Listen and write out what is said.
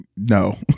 No